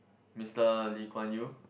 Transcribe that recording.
Mister Lee Kuan Yew